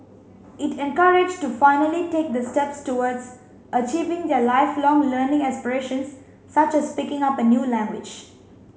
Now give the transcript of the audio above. it encouraged to finally take the step towards achieving their lifelong learning aspirations such as picking up a new language